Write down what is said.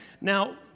Now